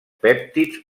pèptids